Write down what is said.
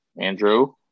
Andrew